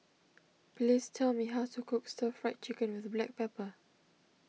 please tell me how to cook Stir Fried Chicken with Black Pepper